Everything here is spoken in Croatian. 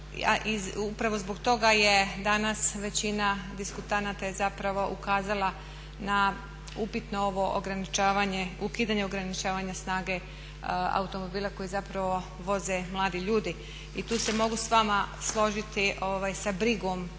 upravo zbog toga je danas, većina diskutanata je zapravo ukazala na upit na ovo ograničavanje, ukidanje ograničavanja snage automobila koji zapravo voze mladi ljudi. I tu se mogu s vama složiti sa brigom,